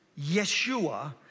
Yeshua